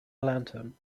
lantern